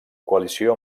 coalició